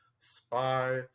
Spy